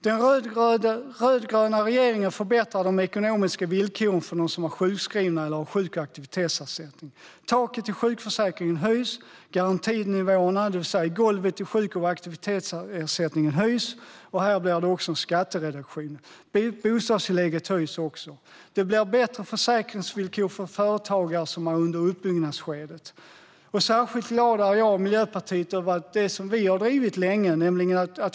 Den rödgröna regeringen förbättrar de ekonomiska villkoren för dem som är sjukskrivna eller har sjuk och aktivitetsersättning. Taket i sjukförsäkringen höjs. Garantinivåerna, det vill säga golvet, i sjuk och aktivitetsersättningen höjs. Här blir det också en skattereduktion. Bostadstillägget höjs. Det blir bättre försäkringsvillkor för företagare som är i uppbyggnadsskedet. Särskilt glad är jag och Miljöpartiet över det som vi har drivit länge.